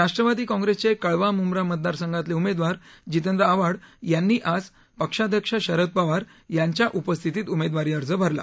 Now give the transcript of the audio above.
राष्ट्रवादी काँग्रेसचे कळवा म्ंब्रा मतदार संघातले उमेदवार जितेंद्र आव्हाड यांनी आज पक्षाध्यक्ष शरद पवार यांच्या उपस्थितीत उमेदवारी अर्ज भरला